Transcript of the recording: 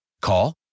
Call